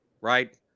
right